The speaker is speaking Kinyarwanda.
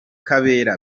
kabera